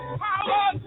power